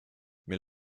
mais